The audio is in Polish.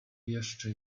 jeszcze